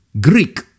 Greek